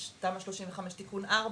יש גם את תמ"א 35 תיקון ארבע,